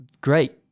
great